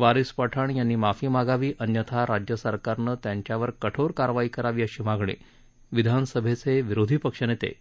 वारिस पठाण यांनी माफी मागावी अन्यथा राज्य सरकारनं त्यांच्यावर कठोर कारवाई करावी अशी मागणी विधानसभेचे विरोधी पक्षनेते